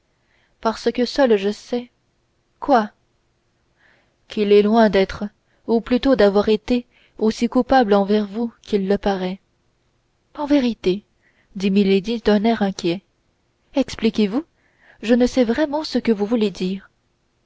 parce que seul je sais quoi qu'il est loin d'être ou plutôt d'avoir été aussi coupable envers vous qu'il le paraît en vérité dit milady d'un air inquiet expliquez-vous car je ne sais vraiment ce que vous voulez dire